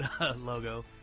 logo